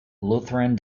lutheran